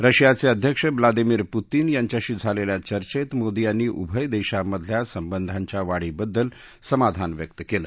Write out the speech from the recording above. रशियाचे अध्यक्ष Vladimir Putin यांच्याशी झालेल्या चर्चेत मोदी यांनी उभय देशांमधल्या संबंधाच्या वाढीबद्दल समाधान व्यक्त केलं